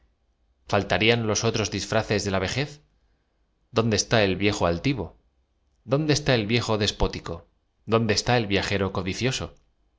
faltarían los otros disfraces de la ve jez dónde está el viejo altivo dónde está e l viejo despótico dónde está el viajero codicioso